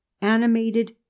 animated